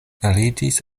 aliĝis